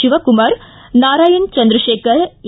Shivakumara Narayana Chandrashekhar A